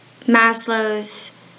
Maslow's